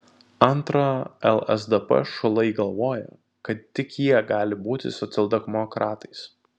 antra lsdp šulai galvoja kad tik jie gali būti socialdemokratais